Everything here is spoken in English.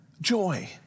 Joy